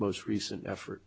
most recent effort